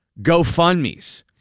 GoFundMes